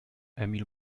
emil